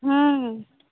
ହୁଁ